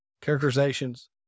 characterizations